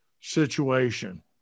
situation